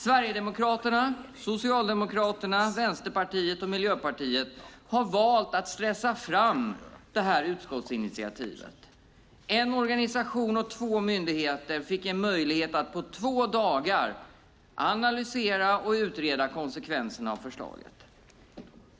Sverigedemokraterna, Socialdemokraterna, Vänsterpartiet och Miljöpartiet har valt att stressa fram detta utskottsinitiativ. En organisation och två myndigheter fick en möjlighet att på två dagar analysera och utreda konsekvenserna av förslaget.